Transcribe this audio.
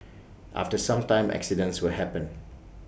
after some time accidents will happen